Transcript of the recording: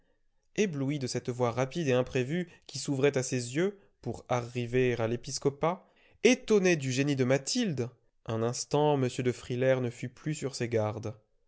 ébloui de cette voie rapide et imprévue qui s'ouvrait à ses yeux pour arriver à l'épiscopat étonné du génie de mathilde un instant m de frilair ne fut plus sur ses gardes